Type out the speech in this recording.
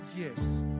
yes